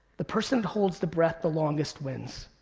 the person that holds the breath the longest wins.